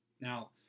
Now